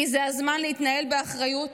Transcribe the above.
כי זה הזמן להתנהל באחריות